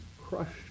crushed